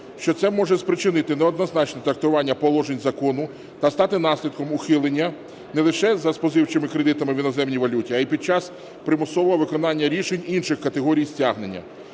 що це може спричинити неоднозначне трактування положень закону та стати наслідком ухилення не лише за споживчими кредитами в іноземній валюті, а і під час примусового виконання рішень інших категорій стягнення.